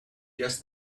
just